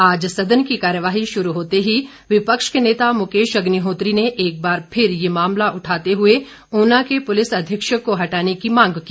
आज सदन की कार्यवाही शुरू होते ही विपक्ष के नेता मुकेश अग्निहोत्री ने एक बार फिर ये मामला उठाते हुए ऊना के पुलिस अधीक्षक को हटाने की मांग की